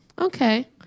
okay